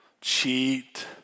cheat